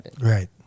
Right